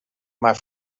maar